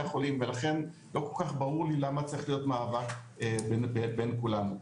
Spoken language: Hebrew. החולים ולכן לא כל כך ברור למה צריך להיות מאבק בין כולנו.